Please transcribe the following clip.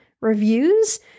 reviews